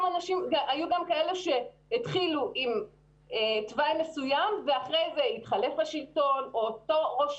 כאלה שהתחילו עם תוואי מסוים ואחר כך התחלף השלטון או אותו ראש